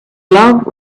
love